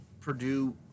Purdue